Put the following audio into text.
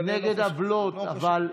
לעוולות, אבל,